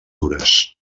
dures